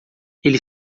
ele